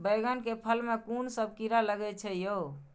बैंगन के फल में कुन सब कीरा लगै छै यो?